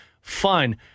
fine